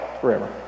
forever